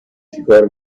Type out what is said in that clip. چیکار